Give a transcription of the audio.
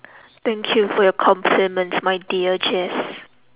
thank you for your compliments my dear jace